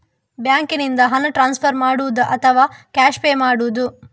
ಬ್ಯಾಂಕಿನಿಂದ ಹಣ ಟ್ರಾನ್ಸ್ಫರ್ ಮಾಡುವುದ ಅಥವಾ ಕ್ಯಾಶ್ ಪೇ ಮಾಡುವುದು?